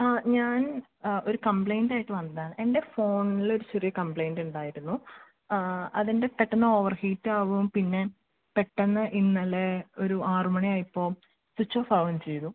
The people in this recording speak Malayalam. ആ ഞാൻ ആ ഒരു കംപ്ലൈൻറ് ആയിട്ട് വന്നതാണ് എൻ്റെ ഫോണിലൊരു ചെറിയ കംപ്ലൈൻറ് ഉണ്ടായിരുന്നു അതിൻ്റെ പെട്ടന്ന് ഓവർ ഹീറ്റ് ആവും പിന്നെ പെട്ടെന്ന് ഇന്നലെ ഒരു ആറ് മണിയായപ്പോൾ സ്വിച്ച് ഓഫ് ആവുകയും ചെയ്തു